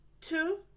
two